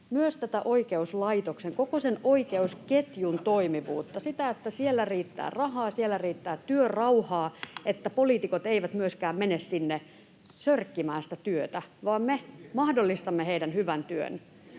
myös tätä oikeuslaitoksen, koko sen oikeusketjun toimivuutta, sitä, että siellä riittää rahaa, siellä riittää työrauhaa, että poliitikot eivät myöskään mene sinne sörkkimään sitä työtä, vaan me mahdollistamme heidän hyvän työnsä.